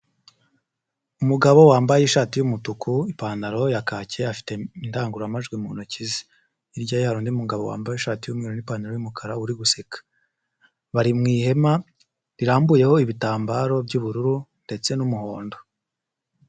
Umugabo wambaye ishati y'umutuku, ipantaro ya kake, afite indangururamajwi mu ntoki ze, hirya hari undi mugabo wambaye ishati y'umweru n'ipantaro y'umukara uri guseka, bari mu ihema rirambuyeho ibitambaro by'ubururu ndetse n'umuhondo.